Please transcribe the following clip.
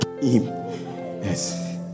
Yes